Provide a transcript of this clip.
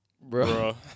Bro